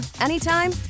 anytime